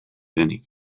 denik